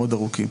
מאוד ארוכים.